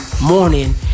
morning